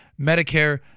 Medicare